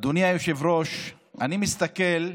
אדוני היושב-ראש, אני מסתכל,